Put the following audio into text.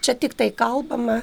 čia tiktai kalbama